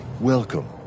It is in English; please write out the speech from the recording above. Welcome